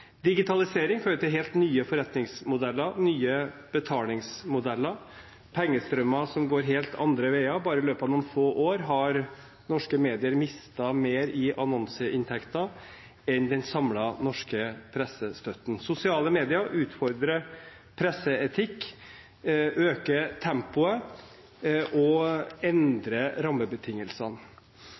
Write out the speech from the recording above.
Digitalisering fører til helt nye forretningsmodeller, nye betalingsmodeller, pengestrømmer som går helt andre veier. Bare i løpet av noen få år har norske medier mistet mer i annonseinntekter enn den samlede norske pressestøtten. Sosiale medier utfordrer presseetikk, øker tempoet og endrer rammebetingelsene.